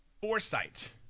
foresight